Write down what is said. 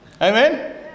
Amen